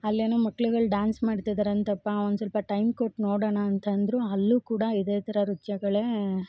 ಅಲ್ಲೇನೋ ಮಕ್ಳುಗಳು ಡಾನ್ಸ್ ಮಾಡ್ತಿದ್ದಾರೆ ಅಂತಪ್ಪ ಒಂದು ಸ್ವಲ್ಪ ಟೈಮ್ ಕೊಟ್ಟು ನೋಡೋಣ ಅಂದರು ಅಲ್ಲೂ ಕೂಡ ಇದೇ ಥರ ನೃತ್ಯಗಳೇ